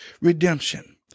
redemption